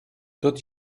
tot